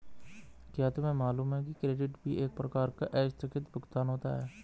क्या तुम्हें मालूम है कि क्रेडिट भी एक प्रकार का आस्थगित भुगतान होता है?